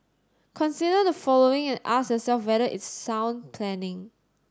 consider the following and ask yourself whether it's sound planning